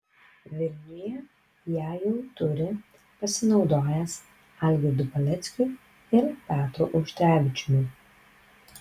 vilniuje ją jau turi pasinaudojęs algirdu paleckiu ir petru auštrevičiumi